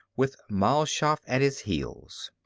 with mal shaff at his heels.